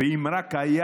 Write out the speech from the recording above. אם רק היה